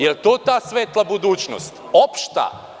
Jel to ta svetla budućnost opšta?